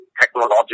technological